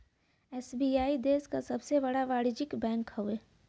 SBI देश क सबसे बड़ा वाणिज्यिक बैंक हौ